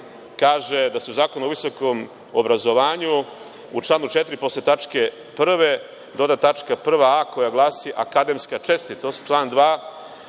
kaže da se u Zakonu o visokom obrazovanju, u članu 4. posle tačke 1. dodat tačka 1a, koja glasi – akademska čestitost, član 2,